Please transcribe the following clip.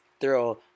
throw